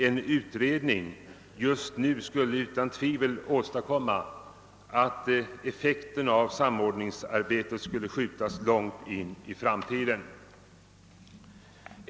En utredning just nu skulle utan tvivel åstadkomma att effekten: av 'samördningsarbetet skulle skjutas långt in i framtiden.